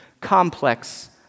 complex